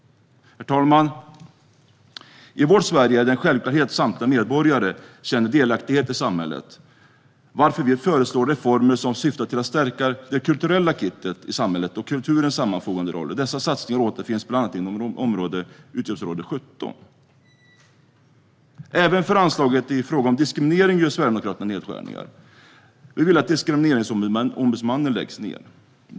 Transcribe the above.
Herr talman! I vårt Sverige är det en självklarhet att samtliga medborgare känner delaktighet i samhället, varför vi föreslår reformer som syftar till att stärka det kulturella kittet i samhället och kulturens sammanfogande roll. Dessa satsningar återfinns bland annat inom utgiftsområde 17. Även för anslagen i fråga om diskriminering gör Sverigedemokraterna nedskärningar. Vi vill att Diskrimineringsombudsmannen läggs ned.